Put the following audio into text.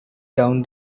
down